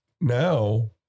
now